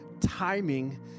timing